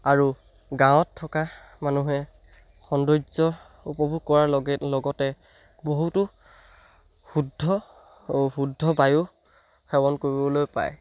আৰু গাঁৱত থকা মানুহে সৌন্দৰ্য উপভোগ কৰাৰ লগে লগতে বহুতো শুদ্ধ শুদ্ধ বায়ু সেৱন কৰিবলৈ পায়